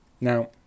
Now